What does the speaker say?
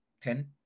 ten